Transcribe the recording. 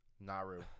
Naru